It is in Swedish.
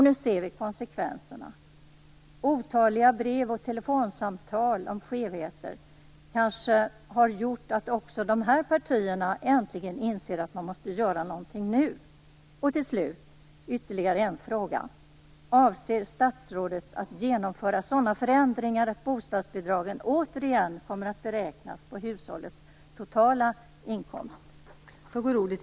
Nu ser vi konsekvenserna. Otaliga brev och telefonsamtal om skevheter kanske har gjort att också dessa partier äntligen inser att man måste göra någonting nu. Till sist har jag ytterligare en fråga. Avser statsrådet att genomföra sådana förändringar att bostadsbidraget återigen kommer att beräknas på hushållets totala inkomst?